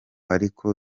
ariko